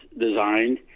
designed